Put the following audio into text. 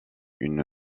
une